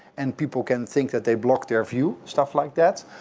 and people can think that they block their view, stuff like that.